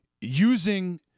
using